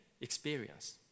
experience